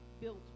built